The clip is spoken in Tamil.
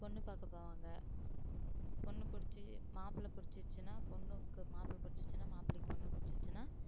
பொண்ணு பார்க்க போவாங்க பொண்ணு பிடிச்சி மாப்பிளை பிடிச்சிருச்சினா பொண்ணுக்கு மாப்பிளை பிடிச்சிருச்சினா மாப்பிளைக்கு பொண்ணு பிடிச்சிருச்சினா